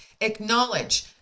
acknowledge